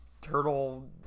turtle